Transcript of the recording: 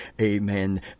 Amen